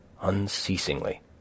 unceasingly